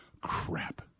crap